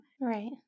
Right